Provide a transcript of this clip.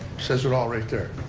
says it all right there.